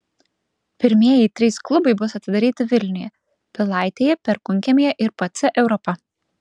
pirmieji trys klubai bus atidaryti vilniuje pilaitėje perkūnkiemyje ir pc europa